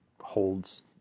holds